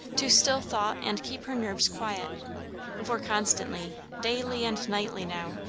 to still thought and keep her nerves quiet for constantly, daily and nightly now,